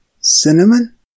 cinnamon